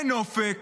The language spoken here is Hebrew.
אין אופק.